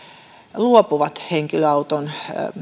luopuvat henkilöauton